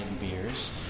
beers